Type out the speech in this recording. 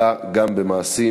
אלא גם במעשים.